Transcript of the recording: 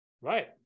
Right